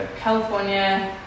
California